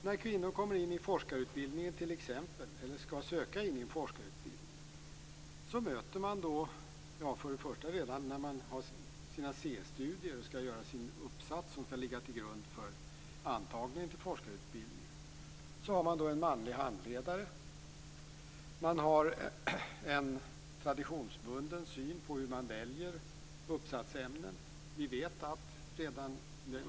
När kvinnor t.ex. skall söka in till en forskarutbildning möter de redan i C-studierna, och när de skall skriva sin uppsats som skall ligga till grund för antagningen till forskarutbildningen, en manlig handledare. Det finns en traditionsbunden syn på hur man väljer uppsatsämnen.